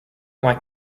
like